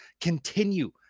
continue